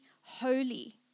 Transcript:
holy